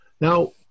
Now